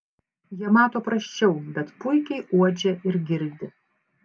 jie mato prasčiau bet puikiai uodžia ir girdi